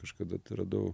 kažkada tai radau